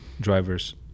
drivers